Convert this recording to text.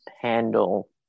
handle